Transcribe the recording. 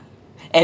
ya